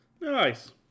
nice